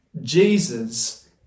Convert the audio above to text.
Jesus